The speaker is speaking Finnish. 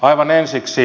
aivan ensiksi